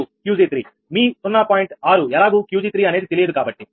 6 ఎలాగూ 𝑄𝑔3 అనేది తెలియదు కాబట్టి